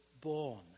born